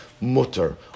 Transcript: mutter